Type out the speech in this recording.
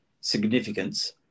significance